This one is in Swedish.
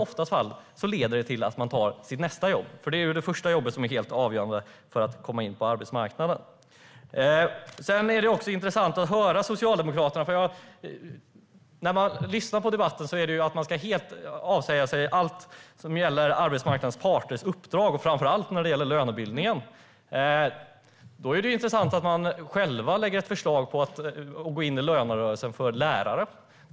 Ofta leder det till att man söker nästa jobb. Det är ju det första jobbet som är helt avgörande för att komma in på arbetsmarknaden. När man lyssnar på Socialdemokraterna i debatten säger de att man ska avsäga sig allt som gäller arbetsmarknadens parters uppdrag, och framför allt när det gäller lönebildning. Då är det intressant att man själv lägger fram förslag om att gå in i lönerörelsen för lärare.